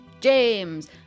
James